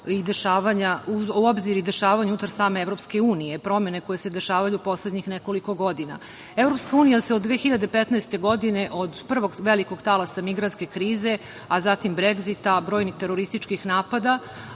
da uzmemo u obzir i dešavanja unutar same EU, promene koje se dešavaju u poslednjih nekoliko godina. Evropska unija se od 2015. godine, od prvog velikog talasa migrantske krize, a zatim Bregzita, brojnih terorističkih napada,